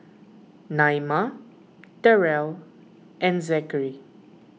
Naima Darell and Zachary